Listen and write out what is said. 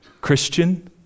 Christian